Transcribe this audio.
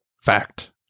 fact